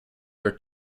your